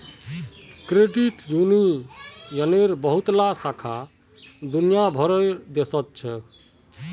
credit यूनियनेर बहुतला शाखा दुनिया भरेर देशत छेक